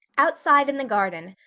outside in the garden,